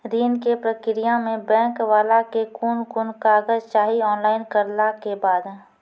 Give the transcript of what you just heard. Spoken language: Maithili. ऋण के प्रक्रिया मे बैंक वाला के कुन कुन कागज चाही, ऑनलाइन करला के बाद?